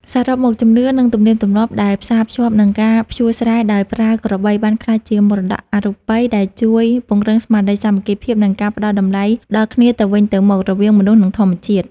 សរុបមក ជំនឿ និងទំនៀមទម្លាប់ដែលផ្សារភ្ជាប់នឹងការភ្ជួរស្រែដោយប្រើក្របី បានក្លាយជាមរតកអរូបិយដែលជួយពង្រឹងស្មារតីសាមគ្គីភាព និងការផ្តល់តម្លៃដល់គ្នាទៅវិញទៅមករវាងមនុស្ស និងធម្មជាតិ។